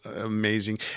amazing